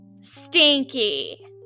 Stinky